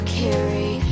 carry